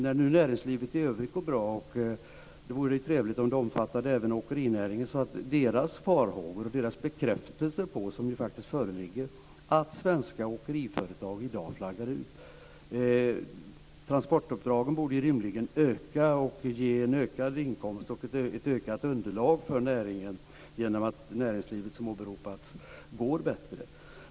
När nu näringslivet i övrigt går bra vore det trevligt om det omfattade även åkerinäringen så att dess farhågor, som det faktiskt föreligger bekräftelse på, att svenska åkeriföretag i dag flaggar ut inte besannas. Transportuppdragen borde rimligen öka och ge en ökad vinst och ett ökat underlag för näringen genom att näringslivet, som åberopats, går bättre.